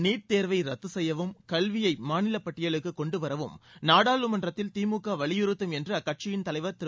NEET தேர்வை ரத்து செய்யவும் கல்வியை மாநில பட்டியலுக்கு கொண்டு வரவும் நாடாளுமன்றத்தில் திமுக வலியுறுத்தும் என்று அக்கட்சியின் தலைவர் திரு